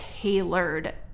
tailored